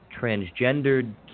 transgendered